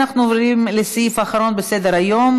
אנחנו עוברים לסעיף האחרון בסדר-היום,